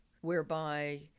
whereby